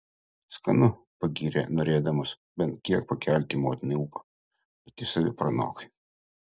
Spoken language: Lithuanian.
skanu pagyrė norėdamas bent kiek pakelti motinai ūpą pati save pranokai